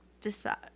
decide